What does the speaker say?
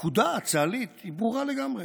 הפקודה הצה"לית ברורה לגמרי.